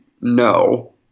no